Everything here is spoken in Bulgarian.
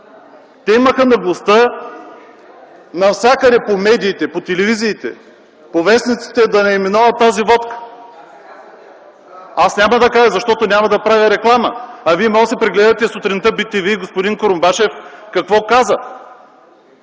Те имаха наглостта навсякъде по медиите, по телевизиите, по вестниците да наименуват тази водка. (Реплика.) ...Аз няма да кажа, защото няма да правя реклама. Вие може да си прегледате сутринта bTV, господин Курумбашев какво каза.